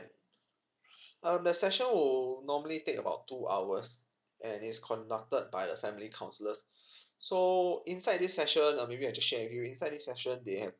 um the session would normally take about two hours and is conducted by the family counselors so inside this session err maybe I'll just share with you inside this session they have